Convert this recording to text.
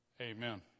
amen